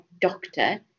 doctor